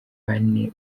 bane